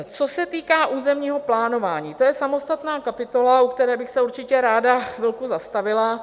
Co se týká územního plánování, to je samostatná kapitola, u které bych se určitě ráda chvilku zastavila.